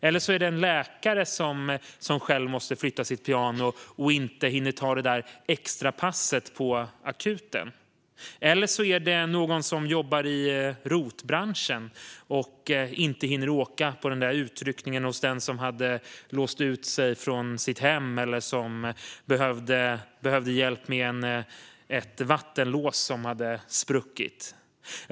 Eller en läkare kanske måste flytta sitt piano själv och hinner därför inte ta det där extrapasset på akuten. Eller någon som jobbar i ROT-branschen kanske inte hinner åka på utryckning till den som hade låst sig ute från sitt hem eller behövde hjälp med ett sprucket vattenlås.